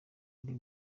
ari